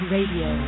Radio